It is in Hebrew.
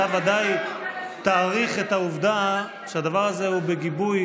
אתה ודאי תעריך את העובדה שהדבר הזה הוא בגיבוי